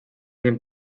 nii